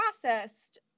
processed